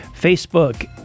Facebook